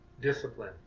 discipline